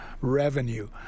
revenue